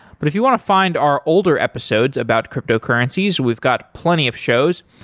but if you want to find our older episodes about cryptocurrencies, we've got plenty of shows.